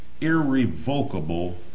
irrevocable